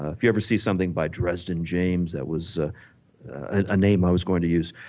if you ever see something by dressed and james that was a ah name i was going to use.